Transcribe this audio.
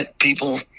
people